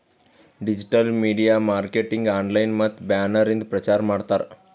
digital media marketing online ಮತ್ತ banner ಇಂದ ಪ್ರಚಾರ್ ಮಾಡ್ತಾರ್